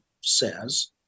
says